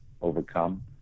overcome